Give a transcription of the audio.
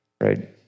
right